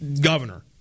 governor